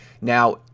Now